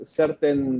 certain